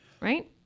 right